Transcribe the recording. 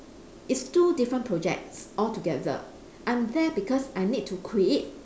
it's two different projects altogether I'm there because I need to create